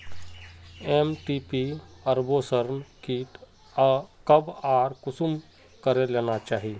MTP abortion kit कब आर कुंसम करे लेना चही?